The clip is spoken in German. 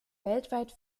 weltweit